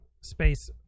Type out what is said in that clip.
space